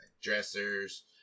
dressers